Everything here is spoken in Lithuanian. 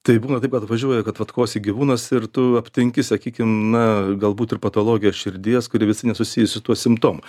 tai būna taip kad atvažiuoja kad vat kosi gyvūnas ir tu aptinki sakykim na galbūt ir patologiją širdies kuri visai nesusijus su tuo simptomu